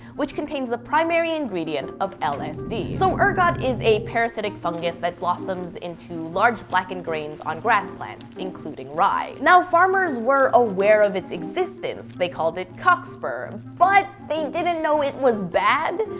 which contains the primary ingredient of lsd. so, ergot is a parasitic fungus that blossoms into large blackened grains on grass plants, including rye. now, farmers were aware of its existence, they called it cockspur, but they didn't know it was bad.